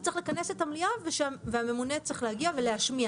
הוא צריך לכנס את המליאה והממונה צריך להגיע ולהשמיע.